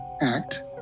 act